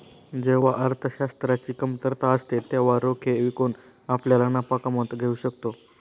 जेव्हा अर्थशास्त्राची कमतरता असते तेव्हा रोखे विकून आपल्याला नफा कमावता येऊ शकतो